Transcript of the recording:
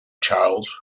child